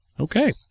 Okay